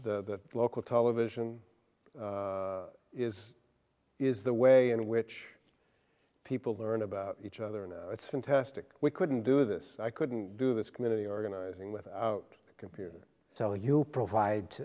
the local television is is the way in which people learn about each other a lot it's fantastic we couldn't do this i couldn't do this community organizing with a computer tell you provide